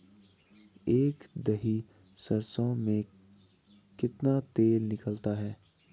एक दही सरसों में कितना तेल निकलता है?